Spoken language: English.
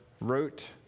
wrote